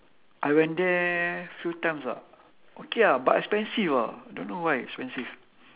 I went there few times ah okay ah but expensive ah don't know why expensive